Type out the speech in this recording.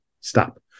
stop